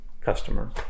customer